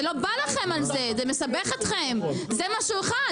לא בא לכם על זה, זה מסבך אתכם, זה משהו אחד.